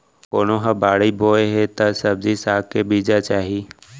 कोनो ह बाड़ी बोए हे त सब्जी साग के बीजा चाही